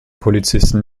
polizisten